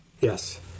Yes